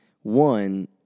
one